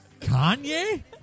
Kanye